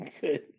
good